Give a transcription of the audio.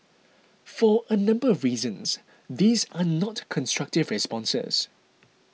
for a number of reasons these are not constructive responses